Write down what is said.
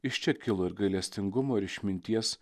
iš čia kilo ir gailestingumo ir išminties